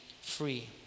free